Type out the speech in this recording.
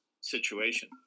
situation